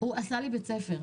הוא עשה לי בית ספר.